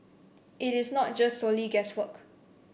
it is not just solely guesswork